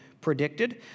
predicted